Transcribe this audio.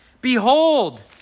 Behold